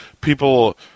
people